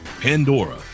Pandora